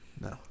No